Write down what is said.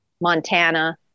Montana